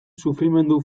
sufrimendu